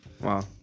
Wow